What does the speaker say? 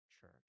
church